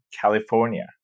California